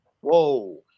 Whoa